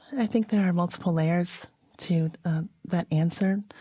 i think there are multiple layers to that answer.